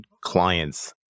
clients